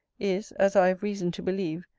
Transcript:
is, as i have reason to believe,